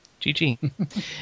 GG